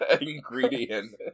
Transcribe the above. ingredient